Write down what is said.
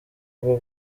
bwo